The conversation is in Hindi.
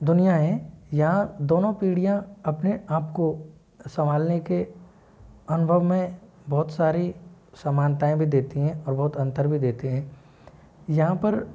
दुनिया हैं यहाँ दोनों पीढ़ियाँ अपने आप को संभालने के अनुभव में बहुत सारी समानताएँ भी देती हैं और बहुत अंतर भी देते हैं यहाँ पर